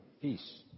Peace